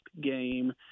game